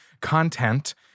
content